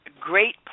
great